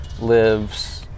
lives